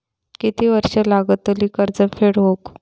किती वर्षे लागतली कर्ज फेड होऊक?